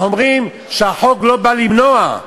אנחנו אומרים שהחוק לא בא למנוע.